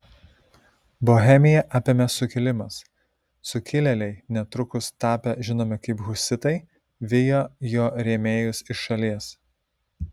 bohemiją apėmė sukilimas sukilėliai netrukus tapę žinomi kaip husitai vijo jo rėmėjus iš šalies